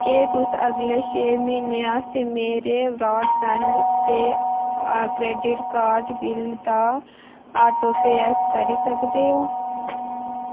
क्या तुस अगले छे म्हीनें आस्तै मेरे ब्रॉडबैंड ते क्रैडिट कार्ड बिल्लें दा ऑटोपेऽकरी सकदे ओ